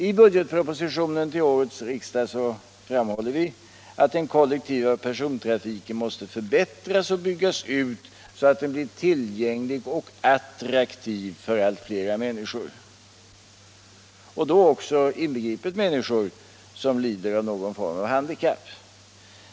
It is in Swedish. I budgetpropositionen framhålls att den kollektiva persontrafiken måste förbättras och byggas ut, så att den blir tillgänglig och attraktiv för allt fler människor — då också inbegripet människor som lider av någon form av handikapp.